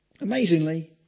Amazingly